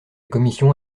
commission